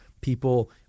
people